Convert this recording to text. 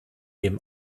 dem